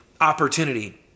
opportunity